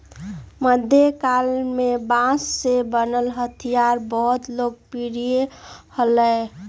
मध्यकाल में बांस से बनल हथियार बहुत लोकप्रिय हलय